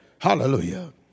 Hallelujah